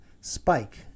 spike